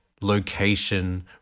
location